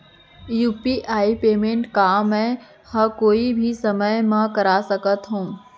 UPI payment का मैं ह कोई भी समय म कर सकत हो?